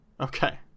okay